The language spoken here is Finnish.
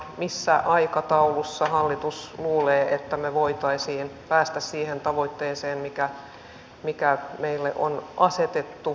missä aikataulussa hallitus luulee että me voisimme päästä siihen tavoitteeseen mikä meille on asetettu